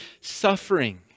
suffering